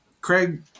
Craig